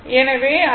எனவே iL r V r Vm